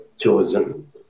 chosen